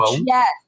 Yes